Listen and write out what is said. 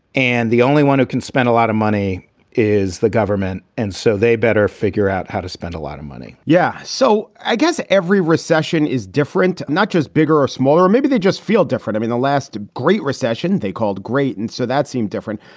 and the only one who can spend a lot of money is the government. and so they better figure out how to spend a lot of money yeah. so i guess every recession is different, not just bigger or smaller or maybe. they just feel different, i mean, the last great recession they called great, and so that seemed different,